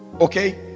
okay